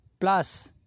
plus